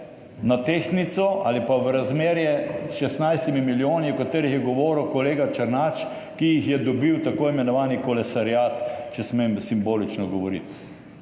na tehtnico ali pa v razmerje s 16 milijoni, o katerih je govoril kolega Černač, ki jih je dobil tako imenovani kolesariat, če smem simbolično govoriti.